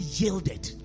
yielded